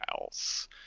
else